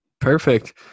Perfect